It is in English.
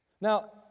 Now